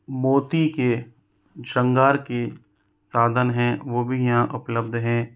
मोती के शृंगार के साधन हैं वो भी यहाँ उपलब्ध हैं